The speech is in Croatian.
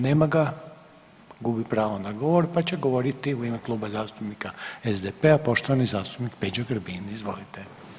Nema ga, gubi pravo na govor pa će govoriti u ime Kluba zastupnika SDP-a poštovani zastupnik Peđa Grbin, izvolite.